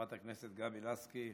חברת הכנסת גבי לסקי,